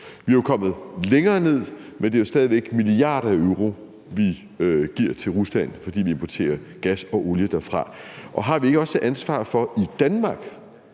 Vi er kommet længere ned, men det er jo stadig væk milliarder af euro, som vi giver til Rusland, fordi vi importerer gas og olie derfra. Har vi ikke også et ansvar for i Danmark